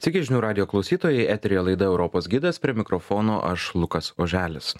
sveiki žinių radijo klausytojai eteryje laida europos gidas prie mikrofono aš lukas oželis